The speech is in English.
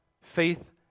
faith